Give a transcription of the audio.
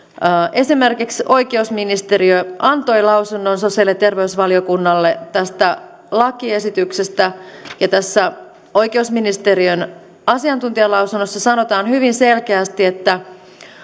esimerkiksi oikeusministeriö antoi lausunnon sosiaali ja terveysvaliokunnalle tästä lakiesityksestä ja tässä oikeusministeriön asiantuntijalausunnossa sanotaan hyvin selkeästi että